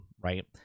right